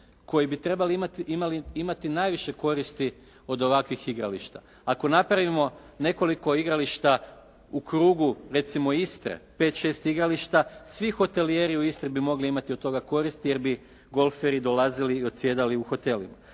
koji bi trebali imati najviše koristi od ovakvih igrališta. Ako napravimo nekoliko igrališta u krugu recimo Istre, pet, šest igrališta, svi hotelijeri u Istri bi mogli imati od toga koristi, jer bi golferi dolazili i odsjedali u hotelima.